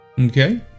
Okay